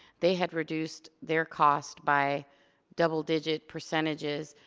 they had reduced their costs by double digit percentages.